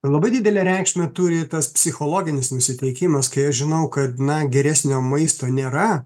labai didelę reikšmę turi tas psichologinis nusiteikimas kai aš žinau kad na geresnio maisto nėra